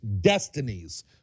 destinies